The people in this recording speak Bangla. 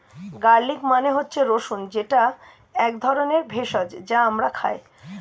গার্লিক মানে হচ্ছে রসুন যেটা এক ধরনের ভেষজ যা আমরা খাই